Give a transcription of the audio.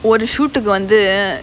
ஒரு:oru shoot க்கு வந்து:kku vanthu